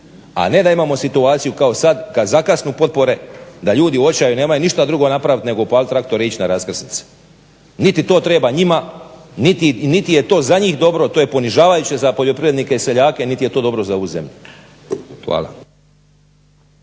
a ne da imamo situaciju kao sad kad zakasne potpore da ljudi u očaju nemaju ništa drugo napraviti nego upaliti traktore i ići na raskrsnice. Niti to treba njima, niti je to za njih dobro, to je ponižavajuće za poljoprivrednike i seljake, niti je to dobro za ovu zemlju. Hvala.